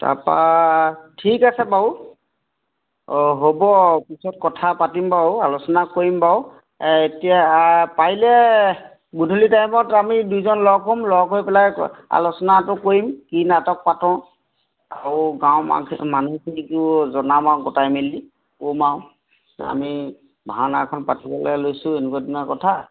তাপা ঠিক আছে বাৰু হ'ব পিছত কথা পাতিম বাৰু আলোচনা কৰিম বাৰু এ এতিয়া পাৰিলে গধূলি টাইমত আমি দুজন লগ হ'ম লগ হৈ পেলাই আলোচনাটো কৰিম কি নাটক পাতোঁ আৰু গাঁৱৰ মা মানুহখিনিকো জনাম আৰু গটাই মেলি ক'ম আৰু আমি ভাওনা এখন পাতিবলৈ লৈছোঁ এনেকুৱা তেনেকুৱা কথা